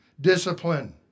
Discipline